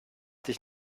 dich